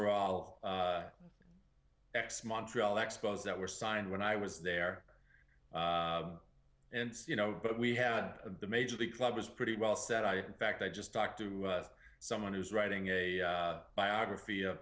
are all ex montreal expos that were signed when i was there and you know but we had the major league club was pretty well set i fact i just talked to someone who's writing a biography of